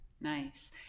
Nice